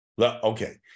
Okay